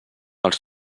els